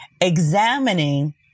examining